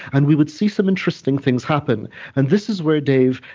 and we would see some interesting things happen and this is where, dave,